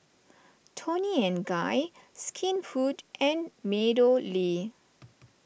Toni and Guy Skinfood and MeadowLea